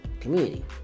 community